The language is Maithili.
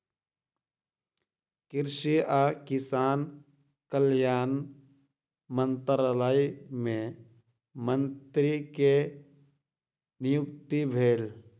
कृषि आ किसान कल्याण मंत्रालय मे मंत्री के नियुक्ति भेल